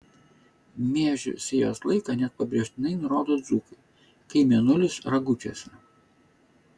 miežių sėjos laiką net pabrėžtinai nurodo dzūkai kai mėnulis ragučiuose